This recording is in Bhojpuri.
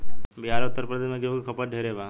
बिहार आ उत्तर प्रदेश मे गेंहू के खपत ढेरे बा